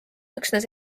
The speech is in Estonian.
üksnes